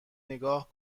نگاه